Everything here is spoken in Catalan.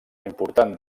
important